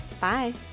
Bye